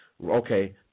okay